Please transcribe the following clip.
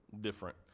different